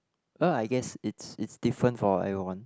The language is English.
well I guess it's it's different for everyone